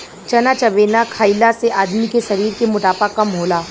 चना चबेना खईला से आदमी के शरीर के मोटापा कम होला